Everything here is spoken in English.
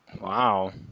Wow